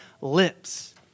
lips